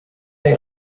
les